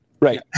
right